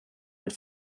mit